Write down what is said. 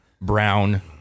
brown